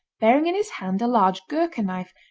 bearing in his hand a large ghourka knife,